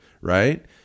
right